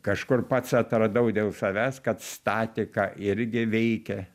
kažkur pats atradau dėl savęs kad statė ką irgi veikia